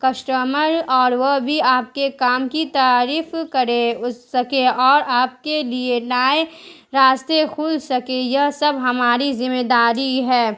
customer اور وہ بھی آپ کے کام کی تعریف کرے اس کے اور آپ کے لیے نئے راستے کھل سکے یہ سب ہماری ذمہ داری ہے